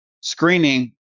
screening